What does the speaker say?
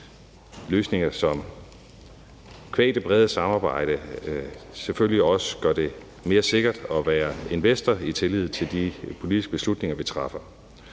løsninger, som qua det brede samarbejde selvfølgelig også gør det mere sikkert at være investor og have tillid til de politiske beslutninger, vi træffer.